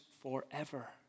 forever